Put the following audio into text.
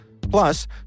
Plus